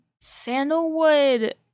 Sandalwood